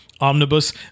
omnibus